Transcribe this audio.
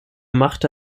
machte